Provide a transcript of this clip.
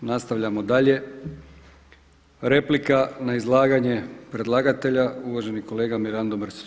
Nastavljamo dalje, replika na izlaganje predlagatelja uvaženi kolega Mirando Mrsić.